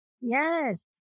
Yes